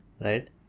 right